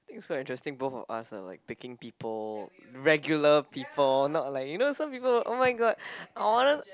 it's quite interesting both of us are like picking people regular people not like you know some people oh-my-god I wanna